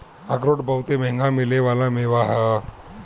अखरोट बहुते मंहगा मिले वाला मेवा ह